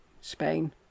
Spain